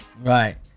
Right